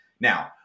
now